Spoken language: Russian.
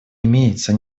имеется